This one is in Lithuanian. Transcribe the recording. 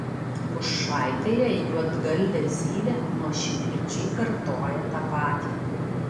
pušaitėje juodgalvė zylė nuoširdžiai kartoja tą patį